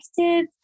active